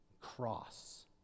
cross